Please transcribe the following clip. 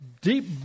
deep